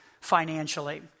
financially